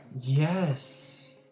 Yes